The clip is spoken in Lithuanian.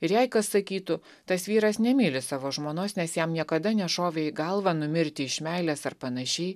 ir jei kas sakytų tas vyras nemyli savo žmonos nes jam niekada nešovė į galvą numirti iš meilės ar panašiai